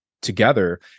together